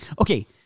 Okay